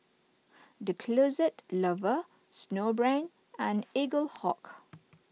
the Closet Lover Snowbrand and Eaglehawk